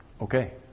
okay